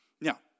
Now